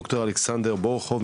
דר' אלכסנדר בורוכוב,